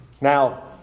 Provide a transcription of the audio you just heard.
Now